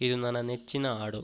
ಇದು ನನ್ನ ನೆಚ್ಚಿನ ಹಾಡು